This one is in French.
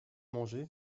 manger